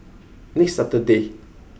next Saturday